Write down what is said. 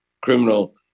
criminal